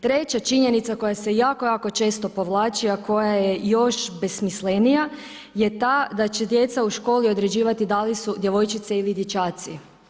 Treća činjenica koja se jako jako često povlači, a koja je još besmislenija je ta da će djeca u školi određivati da li su djevojčice ili dječaci.